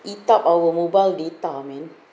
eat up our mobile data man